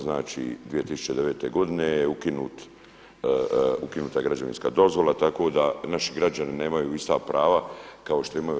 Znači, 2009. godine je ukinuta građevinska dozvola, tako da naši građani nemaju ista prava kao što imaju u EU.